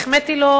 החמאתי לו,